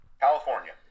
California